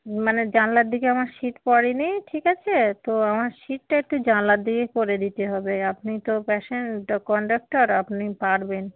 মানে জানলার দিকে আমার সীট পড়েনি ঠিক আছে তো আমার সীটটা একটু জানলার দিকে করে দিতে হবে আপনি তো প্যাসেন তো কন্ডাক্টর আপনি পারবেন